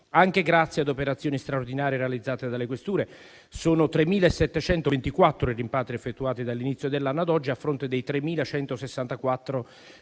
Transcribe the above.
anche grazie ad operazioni straordinarie realizzate dalle questure. Sono 3.724 i rimpatri effettuati dall'inizio dell'anno ad oggi, a fronte dei 3.164